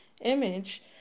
image